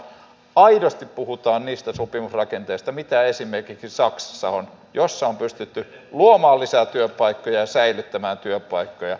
aidosti puhutaan niistä sopimusrakenteista mitä esimerkiksi saksassa on jossa on pystytty luomaan lisää työpaikkoja ja säilyttämään työpaikkoja